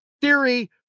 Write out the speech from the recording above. Theory